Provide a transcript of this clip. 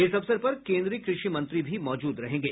इस अवसर पर केंद्रीय कृषि मंत्री भी मौजूद रहेंगे